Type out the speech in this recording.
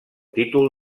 títol